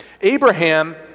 Abraham